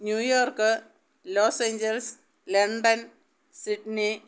New York los-angeles London Sydney